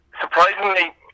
surprisingly